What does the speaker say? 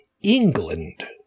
England